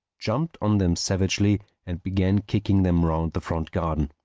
jumped on them savagely and began kicking them round the front garden.